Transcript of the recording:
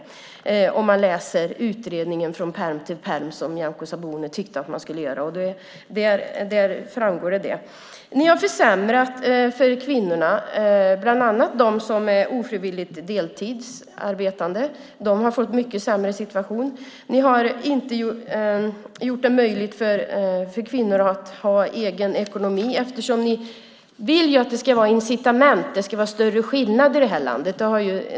Det ser man om man läser utredningen från pärm till pärm som Nyamko Sabuni tyckte att man skulle göra. Då framgår det. Ni har försämrat för kvinnorna, bland annat för dem som är ofrivilligt deltidsarbetande. De har fått en mycket sämre situation. Ni har inte gjort det möjligt för kvinnor att ha egen ekonomi. Ni vill att det ska vara incitament. Det ska vara större skillnader i det här landet.